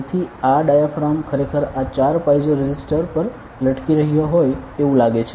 તેથી આ ડાયાફ્રામ ખરેખર આ 4 પાઇઝો રેઝિસ્ટર પર લટકી રહ્યો હોય એવુ લાગે છે